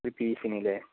ഒരു പീസിനു അല്ലേ